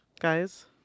guys